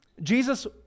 Jesus